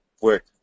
work